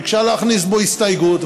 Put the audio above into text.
ביקשה להכניס בו הסתייגות.